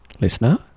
listener